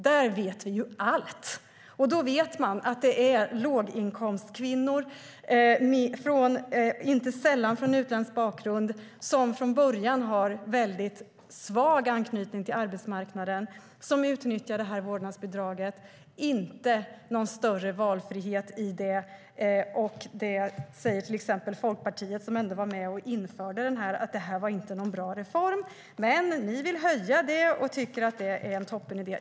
Där vet vi allt. Vi vet att det är kvinnor med låginkomstyrken, inte sällan med utländsk bakgrund, som från början har svag anknytning till arbetsmarknaden som utnyttjar vårdnadsbidraget. Det är inte någon större valfrihet i det. Till exempel Folkpartiet, som ändå var med och införde det, säger att det inte var någon bra reform. Men ni vill höja vårdnadsbidraget och tycker att det är en toppenidé.